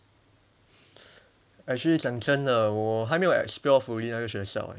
actually 讲真的我还没有 explore fully 那个学校 eh